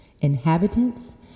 inhabitants